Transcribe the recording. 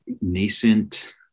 nascent